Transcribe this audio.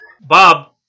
Bob